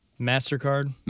mastercard